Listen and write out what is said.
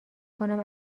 کنم